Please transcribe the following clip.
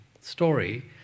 story